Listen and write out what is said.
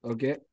Okay